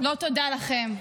לא תודה לכם.